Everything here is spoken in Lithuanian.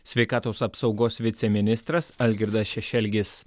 sveikatos apsaugos viceministras algirdas šešelgis